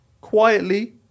quietly